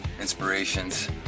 inspirations